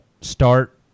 start